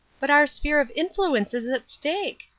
but our sphere of influence is at stake,